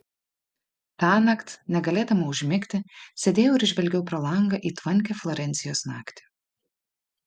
tąnakt negalėdama užmigti sėdėjau ir žvelgiau pro langą į tvankią florencijos naktį